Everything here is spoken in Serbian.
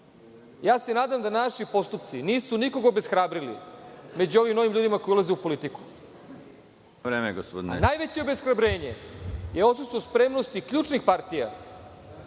se da naši postupci nisu nikoga obeshrabrili među ovim novim ljudima koji ulaze u politiku, a najveće obeshrabrenje je odsustvo spremnosti ključnih partija,